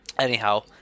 Anyhow